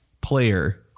player